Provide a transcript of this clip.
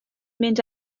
mynd